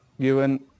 given